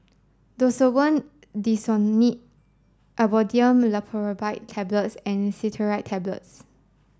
Desowen Desonide Imodium Loperamide Tablets and Cetirizine Tablets